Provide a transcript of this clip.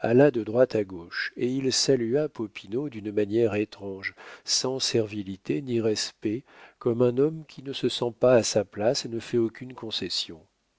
alla de droite à gauche et il salua popinot d'une manière étrange sans servilité ni respect comme un homme qui ne se sent pas à sa place et ne fait aucune concession